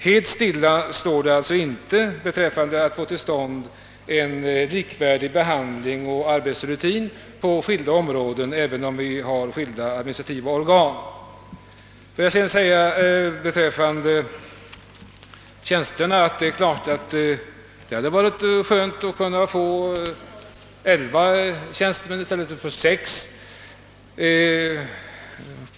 Helt stilla står det alltså inte då det gäller att få till stånd en likformig behandling och arbetsrutin på skilda områden, även om vi har skilda administrativa organ. Beträffande tjänsterna vill jag säga att det naturligtvis hade varit bra att få elva tjänstemän i stället för sex.